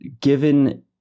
given